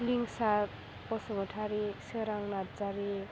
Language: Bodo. लिंसार बसुमतारी सोरां नार्जारि